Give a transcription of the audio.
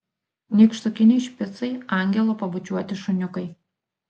nykštukiniai špicai angelo pabučiuoti šuniukai